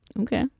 Okay